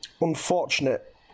unfortunate